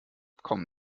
komm